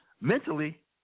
mentally